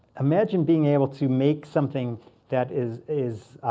imagine being able to make something that is is